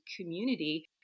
community